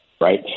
right